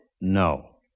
No